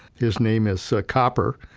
his name is so copper,